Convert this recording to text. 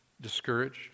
Discouraged